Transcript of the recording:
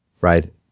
Right